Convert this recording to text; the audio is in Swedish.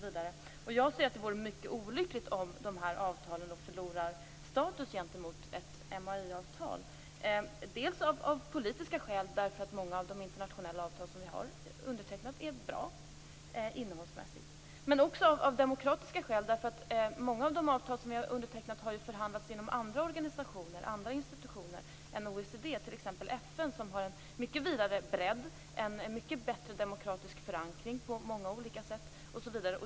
Jag anser att det vore mycket olyckligt om de här avtalen förlorar status gentemot ett MAI-avtal, dels av politiska skäl eftersom många av de internationella avtal vi har undertecknat är bra innehållsmässigt, dels av demokratiska skäl. Många av de avtal vi har undertecknat har ju förhandlats fram genom andra organisationer, andra institutioner än OECD, t.ex. FN, som har en mycket större bredd, en mycket bättre demokratisk förankring på många olika sätt.